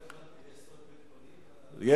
לא הבנתי, יש --- יש.